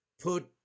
put